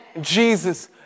Jesus